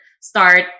start